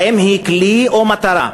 האם היא כלי או מטרה?